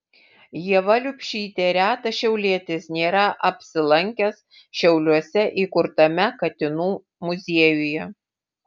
ieva liubšytė retas šiaulietis nėra apsilankęs šiauliuose įkurtame katinų muziejuje